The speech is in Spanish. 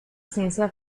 ciencia